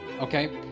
okay